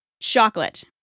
chocolate